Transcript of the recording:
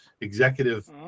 executive